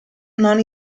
non